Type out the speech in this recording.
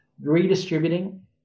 redistributing